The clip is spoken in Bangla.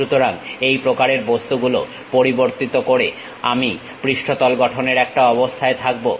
সুতরাং এই প্রকারের বস্তুগুলো পরিবর্তিত করে আমি পৃষ্ঠতল গঠনের একটা অবস্থায় থাকবো